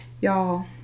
y'all